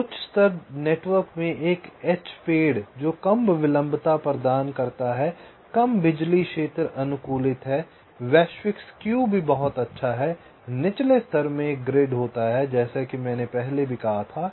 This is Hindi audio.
तो उच्च स्तर नेटवर्क में एक एच पेड़ जो कम विलंबता प्रदान करता है कम बिजली क्षेत्र अनुकूलित है वैश्विक स्क्यू भी बहुत अच्छा है निचले स्तर में एक ग्रिड होता है जैसा कि मैंने पहले भी कहा था